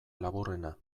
laburrena